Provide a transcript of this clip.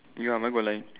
ya mine got lines